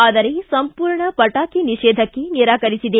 ಆದರೆ ಸಂಪೂರ್ಣ ಪಟಾಕಿ ನಿಷೇಧಕ್ಕೆ ನಿರಾಕರಿಸಿದೆ